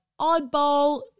oddball